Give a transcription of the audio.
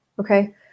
Okay